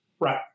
Right